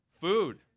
Food